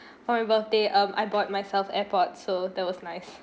for my birthday um I bought myself airpods so that was nice